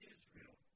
Israel